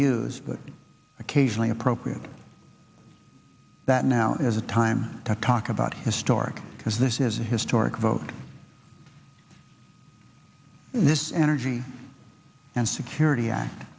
used but occasionally appropriate that now is a time to talk about historic because this is a historic vote this energy and security act